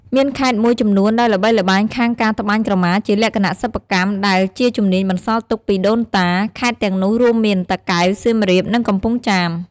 មានខេត្តមួយចំនួនដែលល្បីល្បាញខាងការត្បាញក្រមាជាលក្ខណៈសិប្បកម្ម ដែលជាជំនាញបន្សល់ទុកពីដូនតា ខេត្តទាំងនោះរួមមាន តាកែវ សៀមរាប និងកំពង់ចាម។